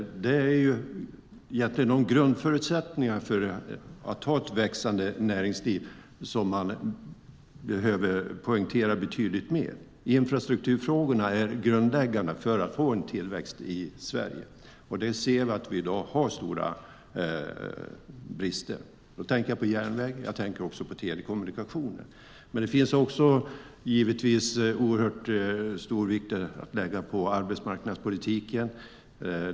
Det är grundförutsättningarna för att ha ett växande näringsliv som man behöver poängtera betydligt mer. Infrastrukturfrågorna är grundläggande för att få en tillväxt i Sverige. Vi ser att vi i dag har stora brister. Jag tänker på järnväg och också på telekommunikationer. Stor vikt ska givetvis också läggas på arbetsmarknadspolitiken.